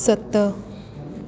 सत